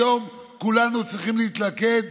היום כולנו צריכים להתלכד,